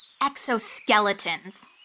Exoskeletons